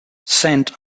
saint